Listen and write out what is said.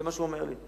זה מה שהוא אמר לי.